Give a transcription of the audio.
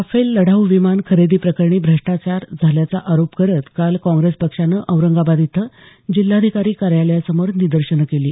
Rafale लढाऊ विमान खरेदी प्रकरणी भ्रष्टाचार झाल्याचा आरोप करत काल काँग्रेस पक्षानं औरंगाबाद इथं जिल्हाधिकारी कार्यालयासमोर निदर्शनं केली